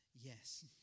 Yes